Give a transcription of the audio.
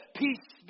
peace